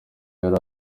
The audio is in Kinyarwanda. yari